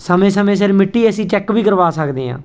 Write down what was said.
ਸਮੇਂ ਸਮੇਂ ਸਿਰ ਮਿੱਟੀ ਅਸੀਂ ਚੈੱਕ ਵੀ ਕਰਵਾ ਸਕਦੇ ਹਾਂ